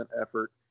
effort